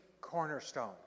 cornerstone